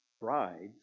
bride's